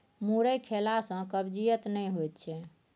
मुरइ खेला सँ कब्जियत नहि होएत छै